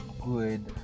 good